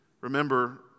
Remember